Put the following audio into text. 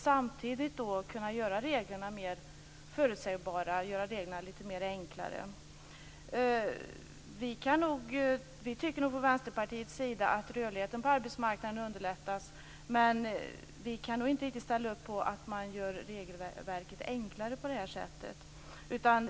Samtidigt borde man kunna göra reglerna mer förutsägbara och enklare. Vi tycker från Vänsterpartiets sida att rörligheten på arbetsmarknaden underlättas, men vi kan inte ställa upp på att regelverket blir enklare på det här sättet.